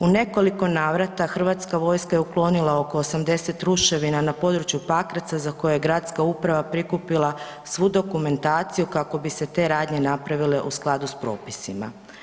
U nekoliko navrata Hrvatska vojska je uklonila oko 80 ruševina na području Pakraca za koje je gradska uprava prikupila svu dokumentaciju kako bi se te radnje napravile u skladu s propisima.